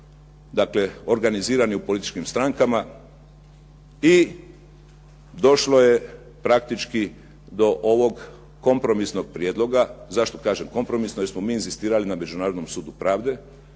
dakle organizirani u političkim strankama. I došlo je praktički do ovog kompromisnog prijedloga. Zašto kažem kompromisnog? Jer smo mi inzistirali na Međunarodnom sudu pravde